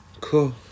Cool